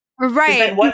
Right